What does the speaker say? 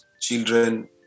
children